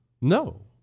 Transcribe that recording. No